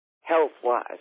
health-wise